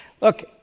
look